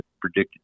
predicted